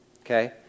Okay